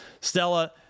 stella